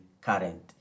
current